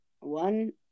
One